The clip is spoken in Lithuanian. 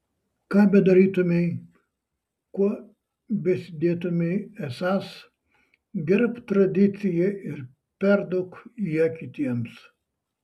ką bedarytumei kuo besidėtumei esąs gerbk tradiciją ir perduok ją kitiems